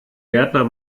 gärtner